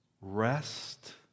Rest